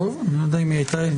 אם היא הייתה.